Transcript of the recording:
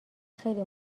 خیلی